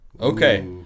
Okay